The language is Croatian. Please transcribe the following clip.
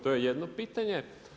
To je jedno pitanje.